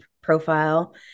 profile